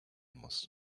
muss